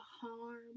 harm